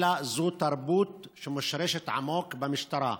אלא זו תרבות שמושרשת עמוק במשטרה,